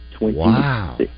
Wow